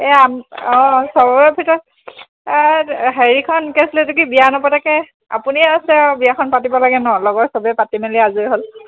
এই অঁ চবৰে ভিতৰত হেৰিখন কি আছিলে এইটো কি বিয়া নপতাকৈ আপুনি আছে আৰু বিয়াখন পাতিব লাগে ন লগৰ চবেই পাতি মেলি আজৰি হ'ল